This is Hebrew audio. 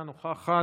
אינה נוכחת,